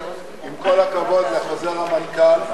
עם כל הכבוד לחוזר המנכ"ל,